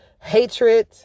hatred